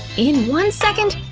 in one second,